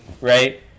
right